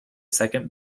second